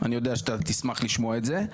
אני יודע שאתה תשמח לשמוע את זה.